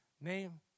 Name